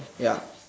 ya